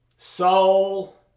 soul